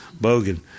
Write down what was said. Bogan